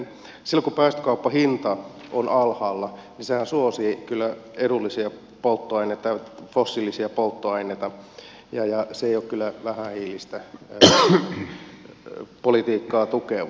silloin kun päästökauppahinta on alhaalla niin sehän suosii kyllä edullisia polttoaineita fossiilisia polttoaineita ja se ei ole kyllä vähähiilistä politiikkaa tukevaa